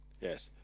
Yes